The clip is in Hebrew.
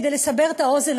כדי לסבר את האוזן,